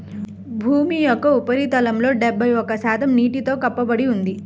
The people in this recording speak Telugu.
భూమి యొక్క ఉపరితలంలో డెబ్బై ఒక్క శాతం నీటితో కప్పబడి ఉంది